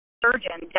surgeon